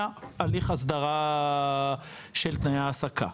היה הליך הסדרה של תנאי ההעסקה.